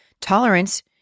tolerance